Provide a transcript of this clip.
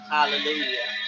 Hallelujah